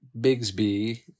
Bigsby